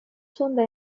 sonda